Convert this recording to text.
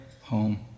home